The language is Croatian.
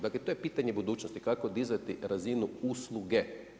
Dakle, to je pitanje budućnosti, kako dizati razinu usluge.